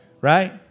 Right